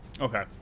Okay